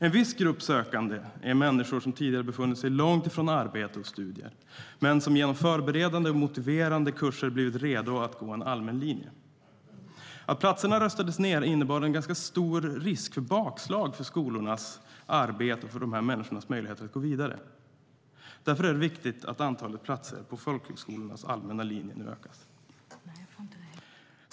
En viss grupp sökande är människor som tidigare befunnit sig långt ifrån arbete och studier men som genom förberedande och motiverande kurser blivit redo att gå en allmän linje. Att platserna röstades ned innebar en stor risk för bakslag för skolornas arbete och för dessa människors möjligheter att gå vidare. Därför är det viktigt att antalet platser på folkhögskolornas allmänna linje nu utökas.